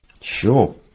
Sure